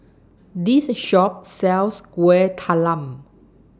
This Shop sells Kuih Talam